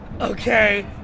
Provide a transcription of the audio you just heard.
Okay